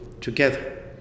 together